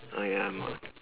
oh ya I am a